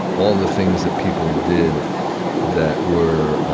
all the things that people did that were